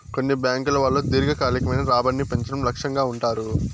కొన్ని బ్యాంకుల వాళ్ళు దీర్ఘకాలికమైన రాబడిని పెంచడం లక్ష్యంగా ఉంటారు